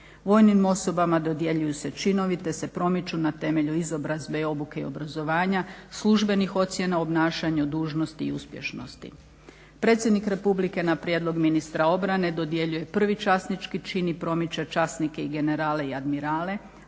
Vojnim osobama dodjeljuju se činovi te se promiču na temelju izobrazbe, obuke i obrazovanja, službenih ocjena o obnašanju dužnosti i uspješnosti. predsjednik Republike na prijedlog ministara obrane dodjeljuje prvi časnički čin i promiče časnike i generale i admirale